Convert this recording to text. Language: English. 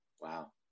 wow